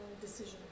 decision